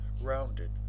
rounded